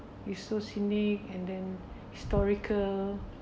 it's so scenic and then historical